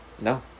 No